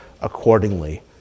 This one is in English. accordingly